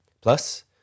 Plus